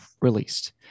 released